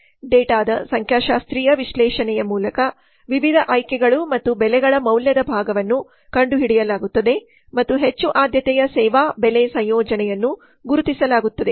ಡೇಟಾದ ಸಂಖ್ಯಾಶಾಸ್ತ್ರೀಯ ವಿಶ್ಲೇಷಣೆಯ ಮೂಲಕ ವಿವಿಧ ಆಯ್ಕೆಗಳು ಮತ್ತು ಬೆಲೆಗಳ ಮೌಲ್ಯದ ಭಾಗವನ್ನು ಕಂಡುಹಿಡಿಯಲಾಗುತ್ತದೆ ಮತ್ತು ಹೆಚ್ಚು ಆದ್ಯತೆಯ ಸೇವಾ ಬೆಲೆ ಸಂಯೋಜನೆಯನ್ನು ಗುರುತಿಸಲಾಗುತ್ತದೆ